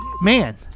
man